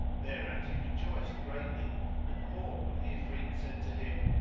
thereat he rejoiced greatly and more when the ifrit said to him,